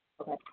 Okay